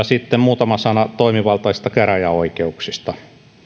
sitten muutama sana toimivaltaisista käräjäoikeuksista